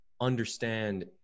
understand